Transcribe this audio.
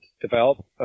develop